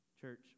Church